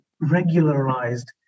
regularized